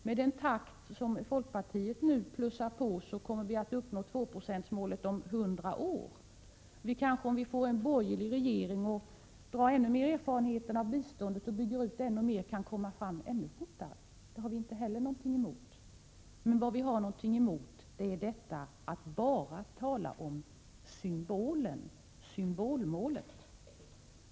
Med den takt folkpartiet nu plussar på, kommer vi att uppnå tvåprocentsmålet om hundra år. Om vi får en borgerlig regering och i ännu större utsträckning lär av erfarenheterna av biståndet och bygger ut det mer, kanske vi kan komma framåt ännu fortare. Det har vi inte heller någonting emot. Men vi är emot att man bara talar om symbolmålet.